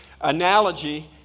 analogy